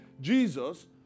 Jesus